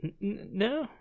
No